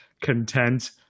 content